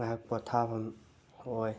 ꯉꯥꯏꯍꯥꯛ ꯄꯣꯊꯥꯕꯝ ꯑꯣꯏ